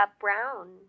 brown